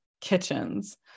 kitchens